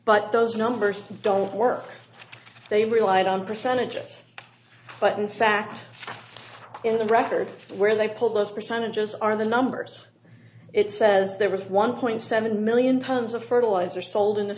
but those numbers don't work they relied on percentage of us but in fact in the record where they pulled those percentages are the numbers it says there were one point seven million tons of fertilizer sold in the